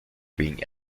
being